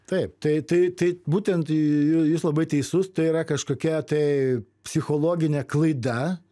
taip tai tai tai būtent jūs labai teisus tai yra kažkokia tai psichologinė klaida